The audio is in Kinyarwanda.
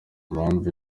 impamvu